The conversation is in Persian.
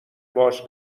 باهاش